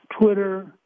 Twitter